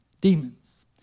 Demons